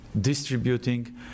Distributing